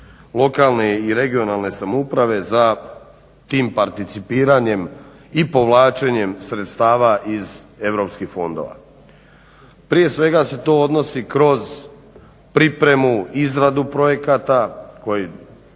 lokalne i regionalne samouprave za tim participiranjem i povlačenjem sredstava iz EU fondova. Prije svega se to odnosi kroz pripremu i izradu projekata koji